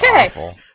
Okay